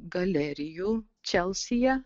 galerijų čelsyje